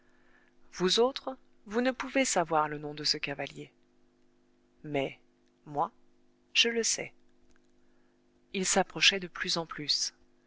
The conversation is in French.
vous autres vous ne pouvez savoir le nom de ce cavalier mais moi je le sais il s'approchait de plus en plus